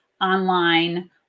online